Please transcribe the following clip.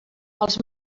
els